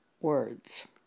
words